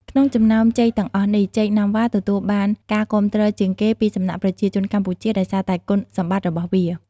ក្នុងចំណោមចេកទាំងអស់នេះ ចេកណាំវ៉ា ទទួលបានការគាំទ្រជាងគេពីសំណាក់ប្រជាជនកម្ពុជា ដោយសារតែគុណសម្បត្តិរបស់វា។